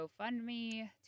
GoFundMe